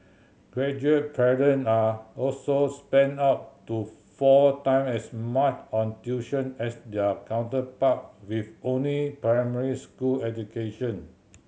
graduate parent are also spent up to four time as much on tuition as their counterpart with only primary school education